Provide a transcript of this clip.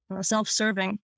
self-serving